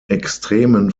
extremen